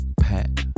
pet